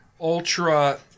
ultra